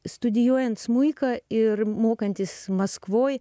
studijuojant smuiką ir mokantis maskvoje